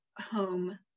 home